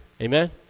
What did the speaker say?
Amen